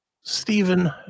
Stephen